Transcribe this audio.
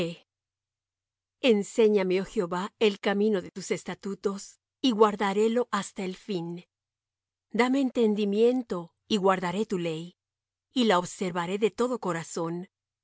enséñame oh jehová el camino de tus estatutos y guardarélo hasta el fin dame entendimiento y guardaré tu ley y la observaré de todo corazón